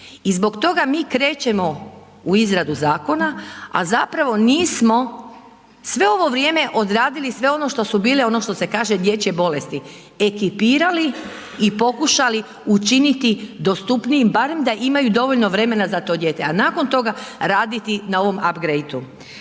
I zbog toga mi krećemo u izradu zakona, a zapravo nismo sve ovo vrijeme odradili sve ono što su bile ono što se kaže dječje bolesti, ekipirali i pokušali učiniti dostupnijim barem da imaju dovoljno vremena za to dijete, a nakon toga raditi na ovom upgradeu.